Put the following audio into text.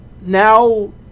now